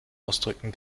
ausdrücken